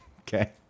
Okay